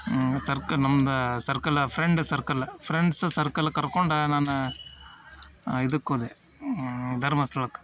ಸರ್ಕ್ ನಮ್ದು ಸರ್ಕಲ್ಲ friend circle friends circle ಕರ್ಕೊಂಡು ನಾನು ಇದಕ್ಕೆ ಹೋದೆ ಧರ್ಮಸ್ಥಳಕ್ಕೆ